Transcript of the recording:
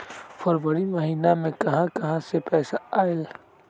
फरवरी महिना मे कहा कहा से पैसा आएल?